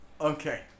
Okay